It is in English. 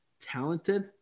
talented